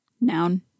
Noun